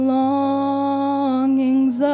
longings